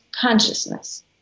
consciousness